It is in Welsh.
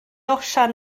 osian